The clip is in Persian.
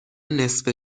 نصفه